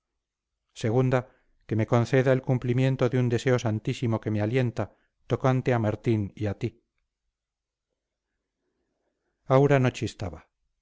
segunda que me conceda el cumplimiento de un deseo santísimo que me alienta tocante a martín y a ti aura no chistaba